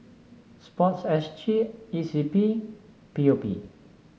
sport S G E C P and P O P